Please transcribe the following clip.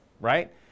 right